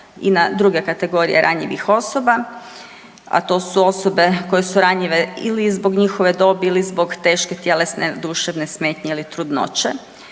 i na druge kategorije ranjivih osoba, a to su osobe koje su ranjive ili zbog njihove dobi ili zbog teške tjelesne, duševne smetnje ili trudnoće